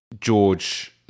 george